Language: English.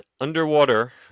underwater